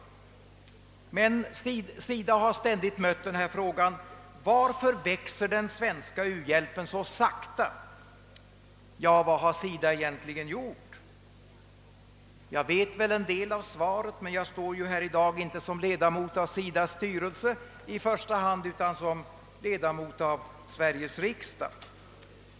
Men SIDA har ständigt mött frågan: Varför växer den svenska u-hjälpen så sakta? Ja, vad har SIDA egentligen gjort? Jag känner väl en del av svaret, men jag står ju här i dag inte i första hand som ledamot av SIDA:s styrelse utan som ledamot av Sveriges riksdag.